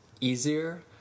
easier